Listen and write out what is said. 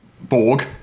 Borg